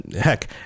heck